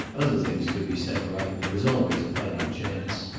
other things could be set right there was always a fighting chance.